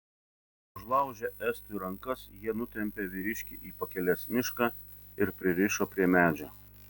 užlaužę estui rankas jie nutempė vyriškį į pakelės mišką ir pririšo prie medžio